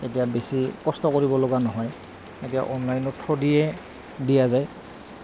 এতিয়া বেছি কষ্ট কৰিবলগা নহয় এতিয়া অনলাইনত থদিয়ে দিয়া যায়